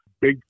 big